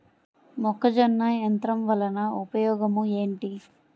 మొక్కజొన్న యంత్రం వలన ఉపయోగము ఏంటి?